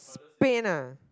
Spain ah